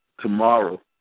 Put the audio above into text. tomorrow